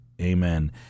Amen